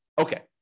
Okay